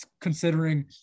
considering